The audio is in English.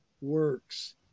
works